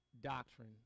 doctrine